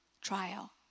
trial